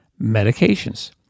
medications